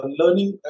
learning